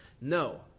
No